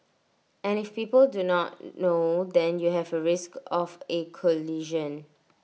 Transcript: and if people do not know then you have A risk of A collision